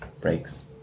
breaks